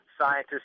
scientists